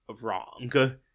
wrong